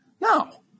No